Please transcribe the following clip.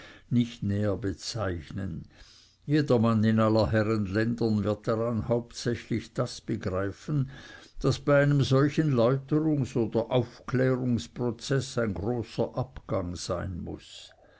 nicht näher bezeichnen jedermann in aller herren ländern wird daran hauptsächlich das begreifen daß bei einem solchen läuterungs oder aufklärungsprozeß ein großer abgang sein muß